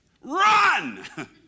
Run